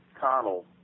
Connell